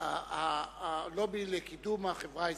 הלובי לקידום החברה האזרחית.